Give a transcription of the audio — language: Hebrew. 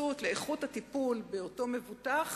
ההתייחסות לאיכות הטיפול באותו מבוטח,